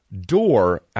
door